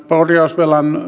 korjausvelan